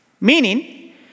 Meaning